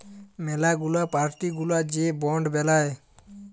ম্যালা গুলা পার্টি গুলা যে বন্ড বেলায়